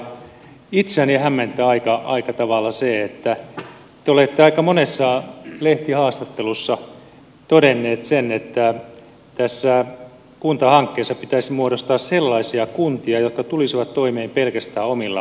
itseäni hämmentää aika tavalla se että te olette aika monessa lehtihaastattelussa todennut sen että tässä kuntahankkeessa pitäisi muodostaa sellaisia kuntia jotka tulisivat toimeen pelkästään omilla verotuloillaan